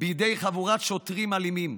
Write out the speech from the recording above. בידי חבורת שוטרים אלימים,